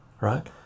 right